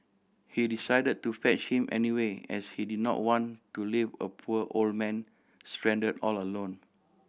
he decided to fetch him anyway as he did not want to leave a poor old man stranded all alone